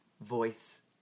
voice